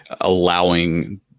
allowing